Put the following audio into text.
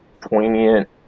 poignant